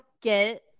get